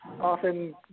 often